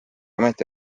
ometi